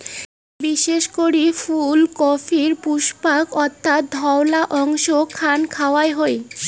বিশেষ করি ফুলকপির পুষ্পাক্ষ অর্থাৎ ধওলা অংশ খান খাওয়াং হই